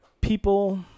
people